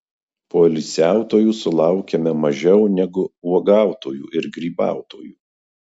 poilsiautojų sulaukiame mažiau negu uogautojų ir grybautojų